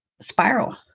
spiral